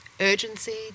urgency